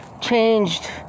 changed